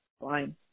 fine